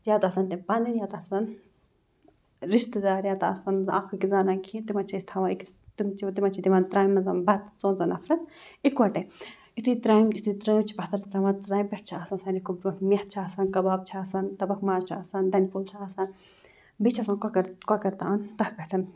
یا تہٕ آسَن تِم پَنٕںۍ یا تہٕ آسَن رِشتہٕ دار یا تہٕ آسَن اَکھ أکِس زانان کِہیٖنۍ تِمَن چھِ أسۍ تھاوان أکِس تِم چھِ تِمَن چھِ دِوان ترٛامہِ منٛز بَتہٕ ژۄن ژۄن نفرَن اِکوَٹے یُتھُے ترٛامہِ یُتھُے ترٛٲم چھِ پَتھَر ترٛاوان ترٛامہِ پٮ۪ٹھ چھِ آسان سارنٕے کھۄتہٕ برونٛہہ میٚتھ چھِ آسان کَباب چھِ آسان تَبَکھ ماز چھِ آسان دَنہِ پھوٚل چھِ آسان بیٚیہِ چھِ آسان کۄکَر کۄکَر تان تَتھ پٮ۪ٹھ